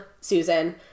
Susan